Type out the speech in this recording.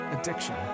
addiction